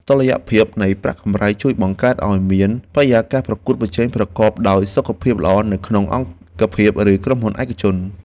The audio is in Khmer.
តុល្យភាពនៃប្រាក់កម្រៃជួយបង្កើតឱ្យមានបរិយាកាសប្រកួតប្រជែងប្រកបដោយសុខភាពល្អនៅក្នុងអង្គភាពឬក្រុមហ៊ុនឯកជន។